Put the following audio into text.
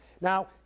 Now